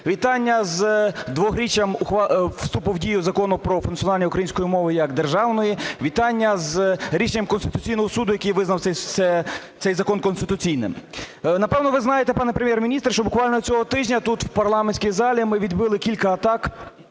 вітання з дворіччям вступу в дію Закону про функціонування української мови як державної, вітання з рішенням Конституційного Суду, який визнав цей закон конституційним. Напевно, ви знаєте, пане Прем’єр-міністр, що буквально цього тижня тут, у парламентській залі, ми відбили кілька атак